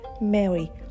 Mary